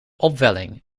opwelling